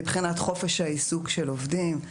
מבחינת חופש העיסוק של עובדים,